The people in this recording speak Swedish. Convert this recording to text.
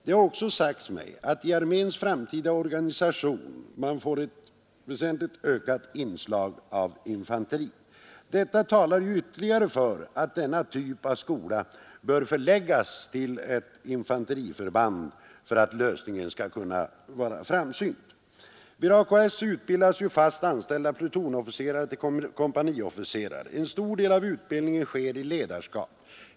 Det har också sagts mig att man i arméns framtida organisation får ett väsentligt ökat inslag av infanteri. Detta talar ytterligare för att denna typ av skola bör förläggas till ett infanteriförband, för att lösningen skall vara framsynt. Vid AKS utbildas fast anställda plutonofficerare till kompaniofficerare. En stor del av utbildningen sker i ledarskap.